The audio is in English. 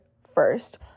first